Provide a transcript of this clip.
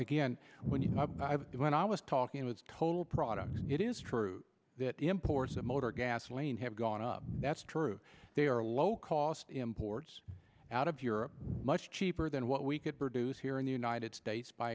again when you when i was talking with total products it is true that imports of motor gasoline have gone up that's true they are low cost imports out of europe much cheaper than what we could produce here in the united states by